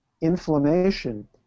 inflammation